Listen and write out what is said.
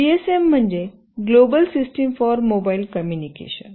GSM म्हणजे global system for mobile communication